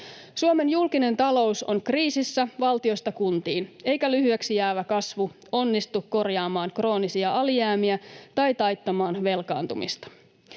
Suomen julkinen talous on kriisissä valtiosta kuntiin, eikä lyhyeksi jäävä kasvu onnistu korjaamaan kroonisia alijäämiä tai taittamaan velkaantumista.